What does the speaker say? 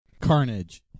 Carnage